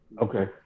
Okay